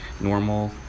normal